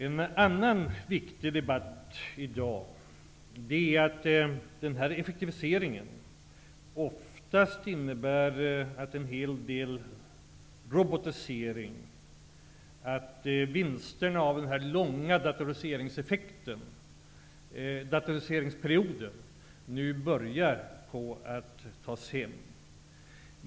En annan viktig sak i dag är att effektiviseringen oftast innebär att vinsterna av den långa datoriseringsperioden nu börjar tas hem.